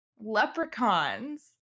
leprechauns